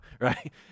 right